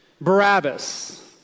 Barabbas